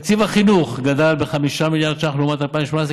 תקציב החינוך גדל ב-5 מיליארד ש"ח לעומת 2018,